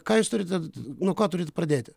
ką jūs turite nuo ko turit pradėti